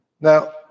Now